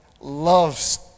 loves